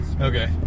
Okay